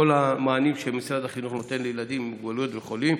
כל המענים שמשרד החינוך נותן לילדים עם מוגבלות וחולים,